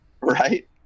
Right